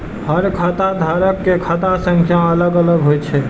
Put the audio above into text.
हर खाता धारक के खाता संख्या अलग अलग होइ छै